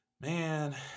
Man